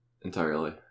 Entirely